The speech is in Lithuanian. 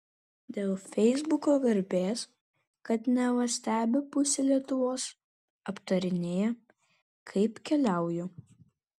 dėl feisbuko garbės kad neva stebi pusė lietuvos aptarinėja kaip keliauju